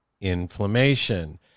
inflammation